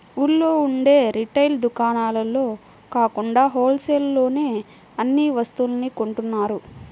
ఊళ్ళో ఉండే రిటైల్ దుకాణాల్లో కాకుండా హోల్ సేల్ లోనే అన్ని వస్తువుల్ని కొంటున్నారు